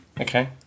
Okay